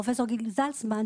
פרופסור גיגי זלצמן,